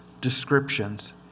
descriptions